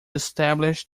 establish